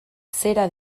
zera